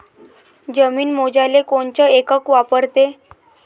जमीन मोजाले कोनचं एकक वापरते?